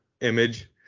image